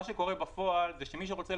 מה שקורה בפועל הוא שמי שרוצה,